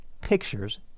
pictures